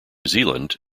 zealand